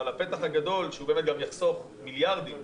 אבל הפתח הגדול שבאמת יחסוך מיליארדים,